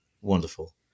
wonderful